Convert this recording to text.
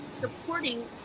supporting